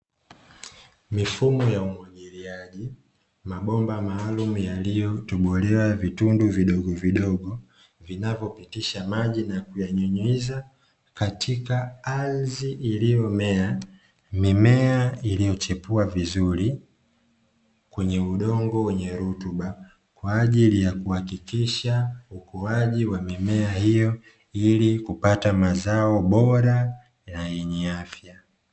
Mifumo ya umwagiliaji. Mabomba maalumu yaliyotobolewa vitundu vidogovidogo vinavyopitisha maji na kuyanyunyiza katika ardhi iliyomea. Mimea iliyochipua vizuri kwenye udongo wenye rutuba kwa ajili ya kuhakikisha ukuaji wa mimea hiyo ili kupata mazao bora na yenye afya.